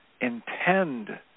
intend